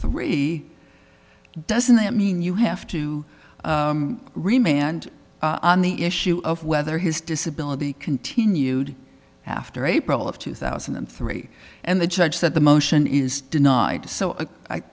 three doesn't that mean you have to remain and on the issue of whether his disability continued after april of two thousand and three and the judge said the motion is denied so